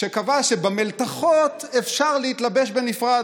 שקבע שבמלתחות אפשר להתלבש בנפרד.